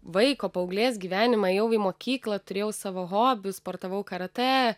vaiko paauglės gyvenimą ėjau į mokyklą turėjau savo hobių sportavau karate